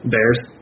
Bears